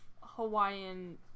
Hawaiian